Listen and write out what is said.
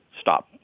stop